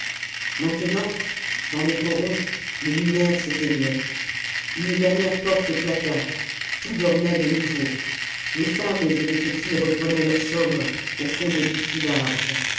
maintenant dans le coron les lumières s'éteignaient une dernière porte claqua tout dormait de nouveau les femmes et les petits reprenaient leur somme au fond des lits plus larges